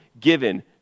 given